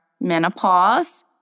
menopause